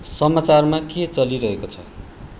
समाचारमा के चलिरहेको छ